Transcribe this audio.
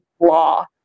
law